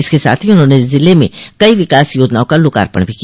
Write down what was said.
इसके साथ ही उन्होंने जिले में कई विकास योजनाओं का लोकार्पण भी किया